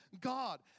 God